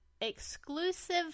Exclusive